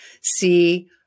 see